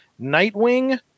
nightwing